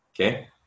okay